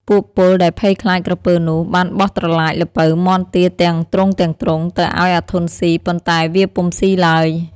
ពួកពលដែលភ័យខ្លាចក្រពើនោះ បានបោះត្រឡាច ល្ពៅ មាន់ ទា ទាំងទ្រុងៗ ទៅឲ្យអាធន់ស៊ី ប៉ុន្តែវាពុំស៊ីឡើយ។